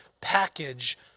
package